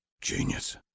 Genius